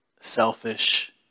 Selfish